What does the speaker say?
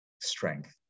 strength